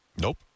Nope